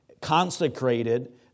consecrated